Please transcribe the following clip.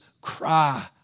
cry